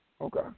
Okay